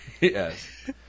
yes